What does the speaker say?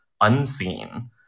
Unseen